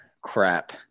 crap